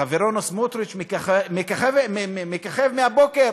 חברנו סמוטריץ מככב מהבוקר.